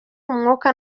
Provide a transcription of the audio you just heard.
umwuka